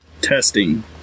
Testing